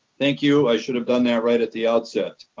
thank you. i should have done that right at the outset.